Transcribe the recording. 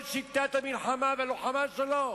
כל שיטת המלחמה והלוחמה שלו,